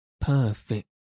perfect